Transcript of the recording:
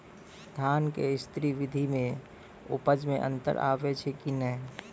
धान के स्री विधि मे उपज मे अन्तर आबै छै कि नैय?